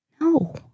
No